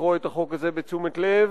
לקרוא את החוק הזה בתשומת לב,